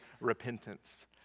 repentance